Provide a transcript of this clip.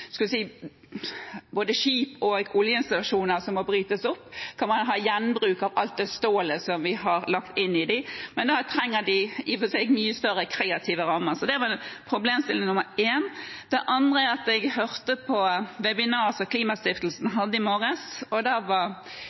skip og oljeinstallasjoner som kappes opp. Kan man ha gjenbruk av alt stålet som er i dem? Men dette trenger mye større rammer for kreativitet. Det var problemstilling nr. 1. Den andre er at jeg i morges hørte på et webinar som Klimastiftelsen